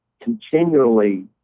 continually